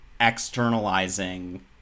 externalizing